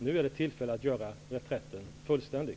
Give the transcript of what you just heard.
Nu är det tillfälle att göra reträtten fullständig.